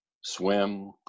swim